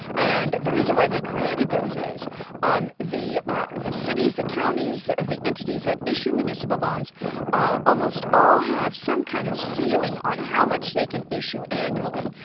and the reason why they created those is um the ah the cities, the counties, the entities that issue municipal bonds almost all have some kind of ceiling on how much they can issue annually.